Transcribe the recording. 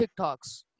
TikToks